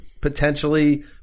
potentially